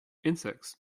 insects